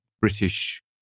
British